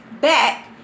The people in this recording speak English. back